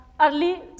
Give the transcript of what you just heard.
early